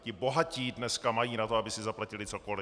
Ti bohatí dneska mají na to, aby si zaplatili cokoliv.